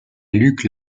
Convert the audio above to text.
luc